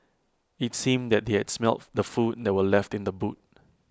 IT seemed that they had smelt the food that were left in the boot